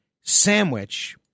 sandwich